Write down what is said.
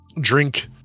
drink